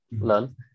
learn